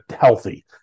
healthy